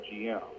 GM